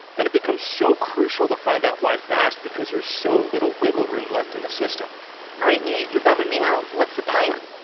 and it becomes so crucial to find out why fast because there's so little wiggle room left in the system all right, nate. you're bumming me out. what's the plan?